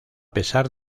pesar